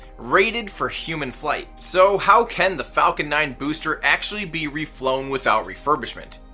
rated for human flight. so how can the falcon nine booster actually be reflown without refurbishment?